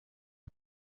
who